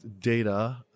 data